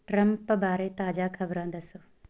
Trump ਬਾਰੇ ਤਾਜ਼ਾ ਖ਼ਬਰਾਂ ਦੱਸੋ